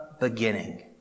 beginning